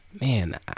Man